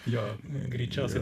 jo greičiausiai